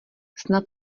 snad